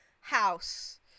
House